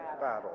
battle